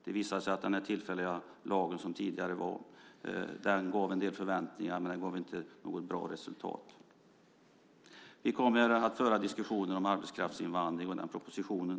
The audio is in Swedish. Det visade sig att den tillfälliga lag som fanns tidigare gav en del förväntningar, men den gav inte något bra resultat. Vi kommer att föra diskussioner om arbetskraftsinvandring och den propositionen.